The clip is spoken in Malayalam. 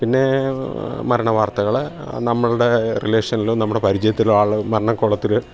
പിന്നെ മരണ വാർത്തകൾ നമ്മളുടെ റിലേഷനിലും നമ്മുടെ പരിചയത്തിലോ ആൾ മരണക്കോളത്തിൽ